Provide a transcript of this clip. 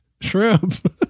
Shrimp